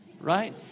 Right